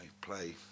play